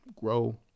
grow